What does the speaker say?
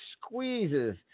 squeezes